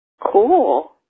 Cool